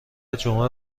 جمعه